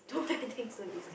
too many things to discuss